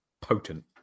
potent